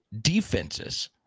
defenses